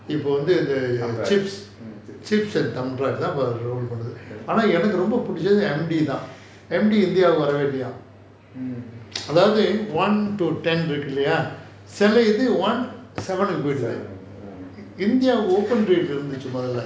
thumbdrive chips mm seven mm